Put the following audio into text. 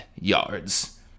yards